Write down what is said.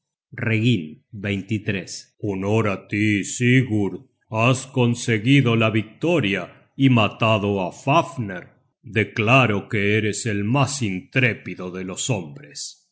at reginn honor á tí sigurd has conseguido la victoria y matado á fafner declaro que eres el mas intrépido de los hombres